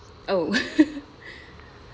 oh